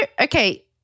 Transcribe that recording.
okay